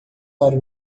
para